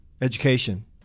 education